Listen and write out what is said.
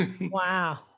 Wow